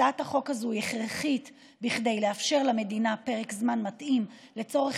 הצעת החוק הזאת היא הכרחית כדי לאפשר למדינה פרק זמן מתאים לצורך